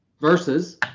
versus